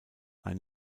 ein